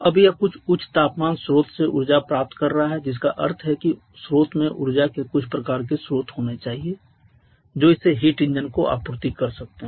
अब यह कुछ उच्च तापमान स्रोत से ऊर्जा प्राप्त कर रहा है जिसका अर्थ है कि स्रोत में ऊर्जा के कुछ प्रकार के स्रोत होने चाहिए जो इसे हीट इंजन को आपूर्ति कर सकते हैं